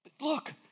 look